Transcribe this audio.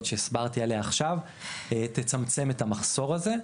שהסברתי עליה עכשיו תצמצם את המחסור הזה,